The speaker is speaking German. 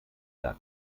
gar